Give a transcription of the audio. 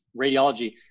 radiology